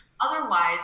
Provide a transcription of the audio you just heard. Otherwise